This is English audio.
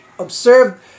Observed